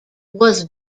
was